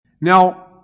Now